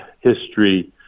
history